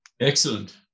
Excellent